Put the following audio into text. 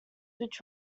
which